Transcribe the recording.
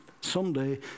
someday